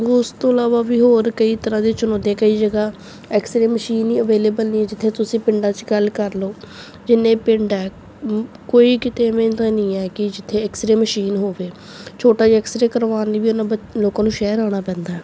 ਉਸ ਤੋਂ ਇਲਾਵਾ ਵੀ ਹੋਰ ਕਈ ਤਰ੍ਹਾਂ ਦੀਆਂ ਚੁਣੌਤੀਆਂ ਕਈ ਜਗ੍ਹਾ ਐਕਸਰੇ ਮਸ਼ੀਨ ਹੀ ਅਵੇਲੇਬਲ ਨਹੀਂ ਹੈ ਜਿੱਥੇ ਤੁਸੀਂ ਪਿੰਡਾਂ 'ਚ ਗੱਲ ਕਰ ਲਓ ਜਿੰਨੇ ਪਿੰਡ ਹੈ ਕੋਈ ਕਿਤੇ ਐਵੇਂ ਦਾ ਨਹੀਂ ਹੈ ਕਿ ਜਿੱਥੇ ਐਕਸਰੇ ਮਸ਼ੀਨ ਹੋਵੇ ਛੋਟਾ ਜਿਹਾ ਐਕਸਰੇ ਕਰਵਾਉਣ ਲਈ ਵੀ ਉਹਨਾਂ ਬੱ ਲੋਕਾਂ ਨੂੰ ਸ਼ਹਿਰ ਆਉਣਾ ਪੈਂਦਾ